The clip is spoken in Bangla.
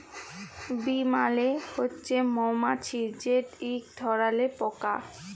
বী মালে হছে মমাছি যেট ইক ধরলের পকা